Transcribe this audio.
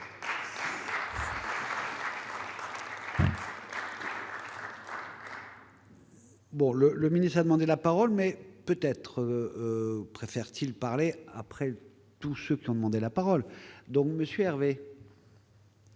Bon le le ministre a demandé la parole, mais peut-être très fertile parler après tout ceux qui ont demandé la parole, donc Monsieur Hervé.